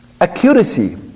accuracy